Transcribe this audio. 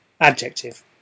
Adjective